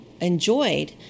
enjoyed